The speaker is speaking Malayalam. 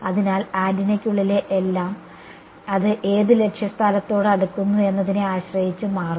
അതിനാൽ ആന്റിനയ്ക്കുള്ളിലെ എല്ലാം അത് ഏത് ലക്ഷ്യ സ്ഥലത്തോട് അടുക്കുന്നു എന്നതിനെ ആശ്രയിച്ച് മാറും